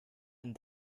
and